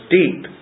deep